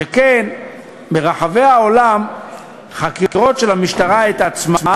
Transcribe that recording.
שכן ברחבי העולם חקירות של המשטרה את עצמה